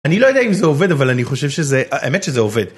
אני לא יודע אם זה עובד אבל אני חושב שזה, האמת שזה עובד.